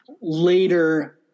later